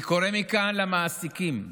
אני קורא מכאן למעסיקים: